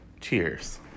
cheers